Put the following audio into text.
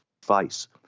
advice